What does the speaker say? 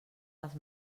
les